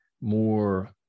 more